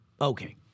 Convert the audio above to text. Okay